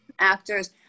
actors